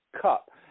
Cup